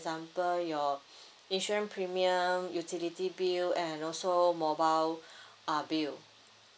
example your insurance premium utility bill and also mobile uh bill